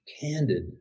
Candid